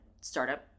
startup